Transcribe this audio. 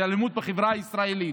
זו אלימות בחברה הישראלית,